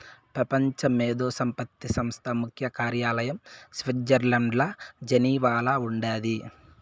పెపంచ మేధో సంపత్తి సంస్థ ముఖ్య కార్యాలయం స్విట్జర్లండ్ల జెనీవాల ఉండాది